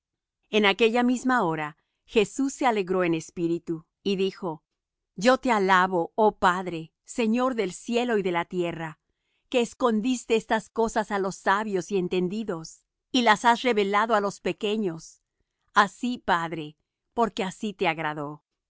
en aquella misma hora jesús se alegró en espíritu y dijo yo te alabo oh padre señor del cielo y de la tierra que escondiste estas cosas á los sabios y entendidos y las has revelado á los pequeños así padre porque así te agradó